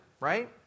right